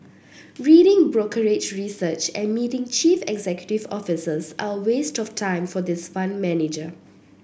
reading brokerage research and meeting chief executive officers are a waste of time for this fund manager